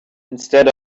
instead